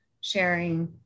sharing